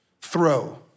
throw